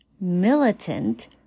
militant